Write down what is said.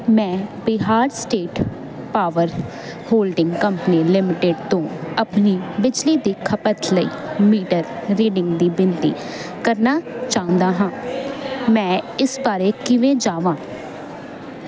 ਮੈਂ Bihar state power holding company limited ਤੋਂ ਆਪਣੀ ਬਿਜਲੀ ਦੀ ਖਪਤ ਲਈ ਮੀਟਰ ਰੀਡਿੰਗ ਦੀ ਬੇਨਤੀ ਕਰਨਾ ਚਾਹੁੰਦਾ ਹਾਂ ਮੈਂ ਇਸ ਬਾਰੇ ਕਿਵੇਂ ਜਾਵਾਂ